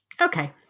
Okay